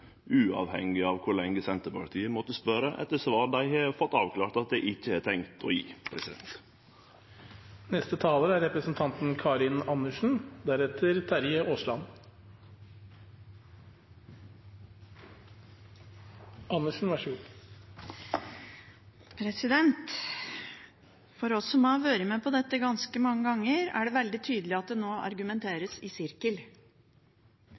uavhengig av kor lenge Senterpartiet måtte spørje etter svar dei har fått avklart at eg ikkje har tenkt å gje. For oss som har vært med på dette ganske mange ganger, er det veldig tydelig at det nå argumenteres i sirkel.